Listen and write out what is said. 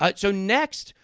ah so, next,